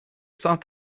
sought